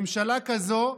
ממשלה כזו,